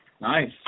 nice